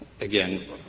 Again